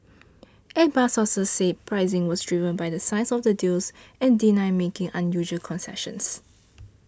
Airbus sources said pricing was driven by the size of the deals and denied making unusual concessions